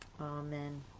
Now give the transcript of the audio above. Amen